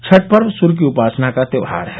छठ पर्व सूर्य की उपासना का त्योहार है